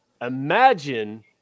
imagine –